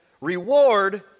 reward